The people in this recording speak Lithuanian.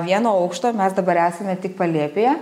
vieno aukšto mes dabar esame tik palėpėje